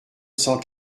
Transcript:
cent